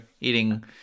eating